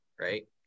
right